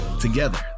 Together